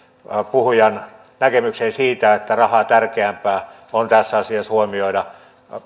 puhujan näkemykseen siitä että rahaa tärkeämpää on tässä asiassa huomioida